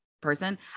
person